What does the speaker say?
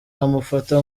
bamufata